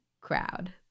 crowd